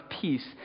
peace